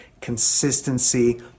consistency